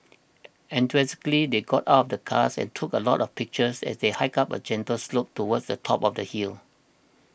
enthusiastically they got out of the car and took a lot of pictures as they hiked up a gentle slope towards the top of the hill